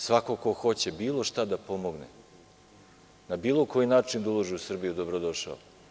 Svako ko hoće bilo šta da pomogne, na bilo koji način da uloži u Srbiju, dobro je došao.